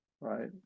right